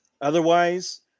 Otherwise